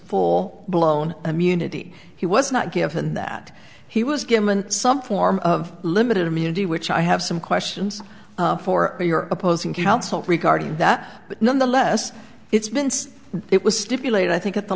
full blown immunity he was not given that he was given some form of limited immunity which i have some questions for your opposing counsel regarding that but nonetheless it's been since it was stipulated i think at the